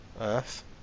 earth